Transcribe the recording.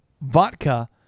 vodka